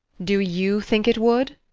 do you think it would?